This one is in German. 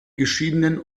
geschiedenen